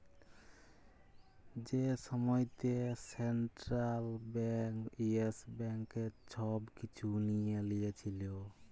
যে সময়তে central bank yes ব্যাংকের ছব কিছু লিঁয়ে লিয়েছিল